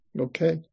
Okay